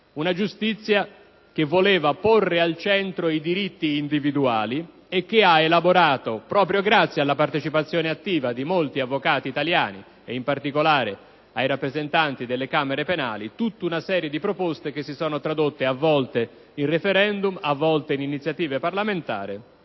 una giustizia che voleva porre al centro i diritti individuali, e che ha elaborato, proprio grazie alla partecipazione attiva di molti avvocati italiani, e in particolare dei rappresentanti delle camere penali, tutta una serie di proposte, che si sono tradotte a volte in *referendum*, a volte in iniziative parlamentari